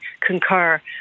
concur